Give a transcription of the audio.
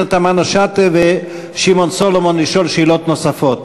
תמנו-שטה ושמעון סולומון לשאול שאלות נוספות.